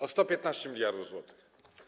O 115 mld zł.